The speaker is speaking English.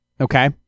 Okay